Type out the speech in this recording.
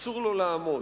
אסור לו לעמוד,